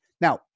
Now